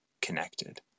connected